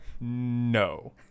No